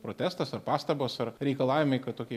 protestas ar pastabos ar reikalavimai kad tokie